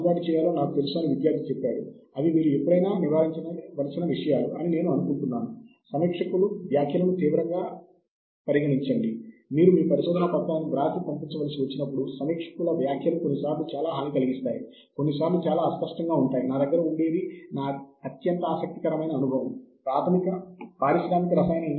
కాబట్టి చురుకైన మీ పరిశోధన ప్రాంతం కోసం అలాంటి కొన్ని సైట్లను తనిఖీ చేయడం చాలా మంచి ఆలోచన